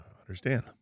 understand